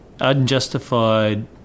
unjustified